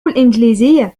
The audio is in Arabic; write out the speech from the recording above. الإنجليزية